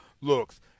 looks